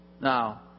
Now